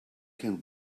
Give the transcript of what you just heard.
can